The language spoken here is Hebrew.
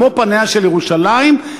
כמו פניה של ירושלים,